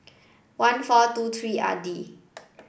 one four two three R D